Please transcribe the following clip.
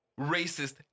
racist